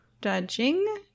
dodging